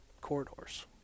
corridors